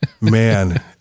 Man